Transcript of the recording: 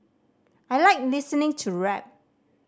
I like listening to rap